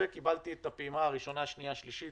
וקיבלתי את הפעימה הראשונה-שנייה-שלישית